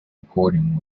recording